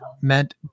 meant